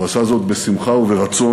הוא עשה זאת בשמחה וברצון,